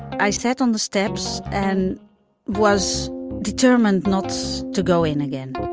i sat on the steps and was determined not to go in again